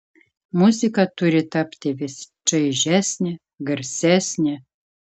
muzika turi tapti vis čaižesnė garsesnė